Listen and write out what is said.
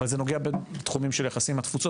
אבל גם בתחומים של יחסים עם התפוצות.